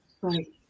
Right